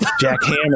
Jackhammer